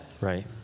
Right